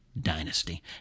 Dynasty